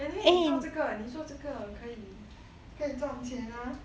and then 你做这个你做这个可以可以赚钱啊